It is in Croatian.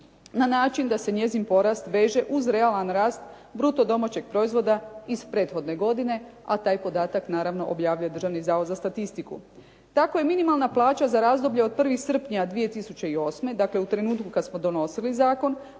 na način da se njezin porast veže uz realan rast bruto domaćeg proizvoda iz prethodne godine, a taj podatak objavljuje naravno Državni zavod za statistiku. Tako je minimalna plaća za razdoblje od 1. srpnja 2008. dakle u trenutku kada smo donosili zakon